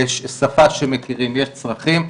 יש צרכים,